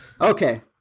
Okay